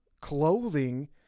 clothing